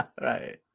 Right